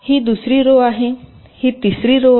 ही दुसरी रो आहे ही तिसरी रो आहे